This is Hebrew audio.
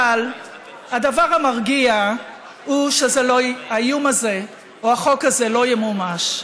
אבל הדבר המרגיע הוא שהאיום הזה או החוק הזה לא ימומש.